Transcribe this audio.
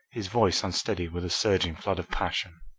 his voice unsteady with a surging flood of passion.